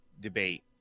debate